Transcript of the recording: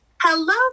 Hello